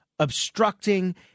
obstructing